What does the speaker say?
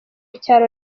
cyaro